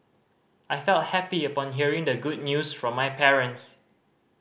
I felt happy upon hearing the good news from my parents